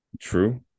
true